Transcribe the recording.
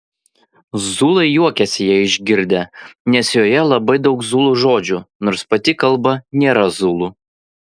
zulai juokėsi ją išgirdę nes joje labai daug zulų žodžių nors pati kalba nėra zulų